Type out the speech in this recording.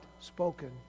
spoken